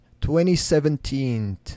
2017